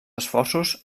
esforços